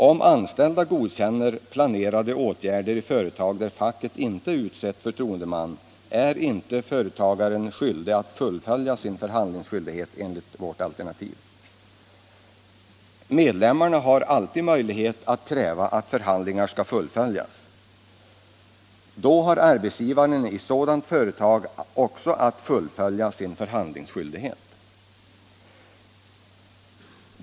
Om anställda godkänner planerade åtgärder i företag där facket inte utsett förtroendeman är inte företagaren skyldig att fullfölja sin förhandlingsskyldighet enligt vårt alternativ. Medlemmarna har alltid möjlighet att kräva att förhandlingarna skall fullföljas. I denna situation har arbetsgivaren också att fullfölja sin förhandlingsskyldighet.